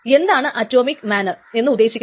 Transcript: എന്താണ് atomic manner എന്ന് ഉദ്ദേശിക്കുന്നത്